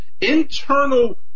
internal